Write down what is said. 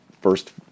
first